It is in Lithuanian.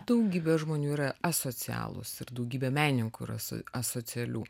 daugybė žmonių yra asocialūs ir daugybė menininkų yra asocialių